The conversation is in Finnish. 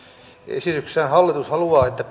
esityksessään hallitus haluaa että